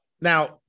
now